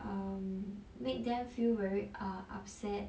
um made them feel very err upset